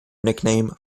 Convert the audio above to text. nickname